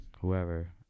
whoever